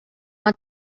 want